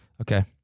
Okay